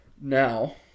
Now